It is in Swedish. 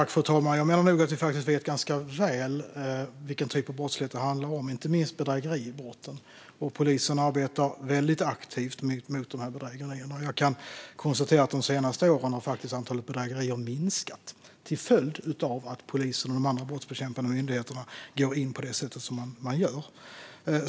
Fru talman! Jag menar nog att vi ganska väl vet vilken typ av brottslighet det handlar om, inte minst bedrägeribrotten, och polisen arbetar väldigt aktivt mot dessa bedrägerier. Jag kan konstatera att antalet bedrägerier faktiskt har minskat de senaste åren till följd av att polisen och de andra brottsbekämpande myndigheterna går in på det sätt som man gör.